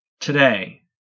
today